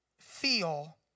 feel